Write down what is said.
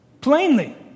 plainly